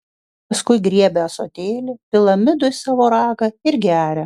paskui griebia ąsotėlį pila midų į savo ragą ir geria